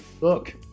Look